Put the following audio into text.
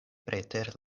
preter